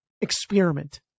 experiment